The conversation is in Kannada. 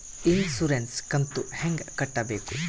ಇನ್ಸುರೆನ್ಸ್ ಕಂತು ಹೆಂಗ ಕಟ್ಟಬೇಕು?